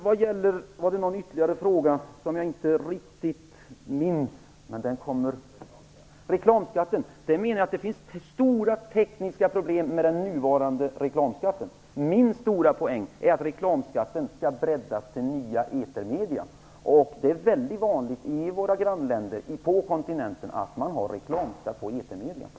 Carl Fredrik Graf tog också upp reklamskatten. Det finns stora tekniska problem med den nuvarande reklamskatten. Min stora poäng är att reklamskatten skall breddas till att omfatta nya etermedier. Det är väldigt vanligt i våra grannländer på kontinenten att man har reklamskatt på etermedier.